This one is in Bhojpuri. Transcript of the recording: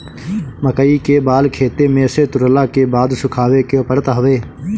मकई के बाल खेते में से तुरला के बाद सुखावे के पड़त हवे